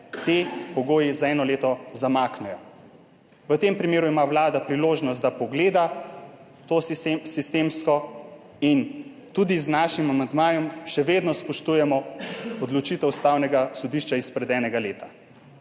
ti pogoji zamaknejo za eno leto. V tem primeru ima vlada priložnost, da to pogleda sistemsko. Tudi z našim amandmajem še vedno spoštujemo odločitev Ustavnega sodišča izpred enega leta,